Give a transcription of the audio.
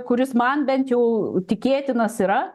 kuris man bent jau tikėtinas yra